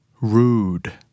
Rude